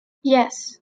yes